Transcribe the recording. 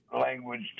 language